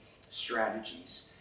strategies